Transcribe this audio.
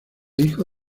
hijo